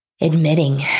Admitting